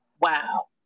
Wow